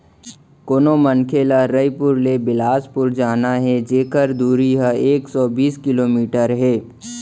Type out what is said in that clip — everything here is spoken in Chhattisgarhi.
कोनो मनखे ल रइपुर ले बेलासपुर जाना हे जेकर दूरी ह एक सौ बीस किलोमीटर हे